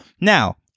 Now